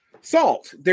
Salt